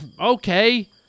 okay